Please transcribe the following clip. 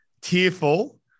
tearful